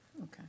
Okay